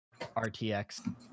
RTX